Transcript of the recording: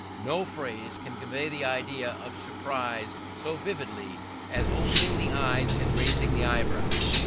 no phrase can convey the idea of surprise so vividly as opening the eyes and raising the eyebrows.